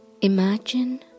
imagine